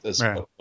Right